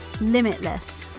limitless